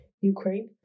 Ukraine